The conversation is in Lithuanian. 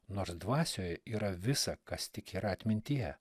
nors dvasioje yra visa kas tik yra atmintyje